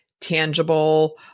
tangible